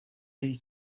هیچ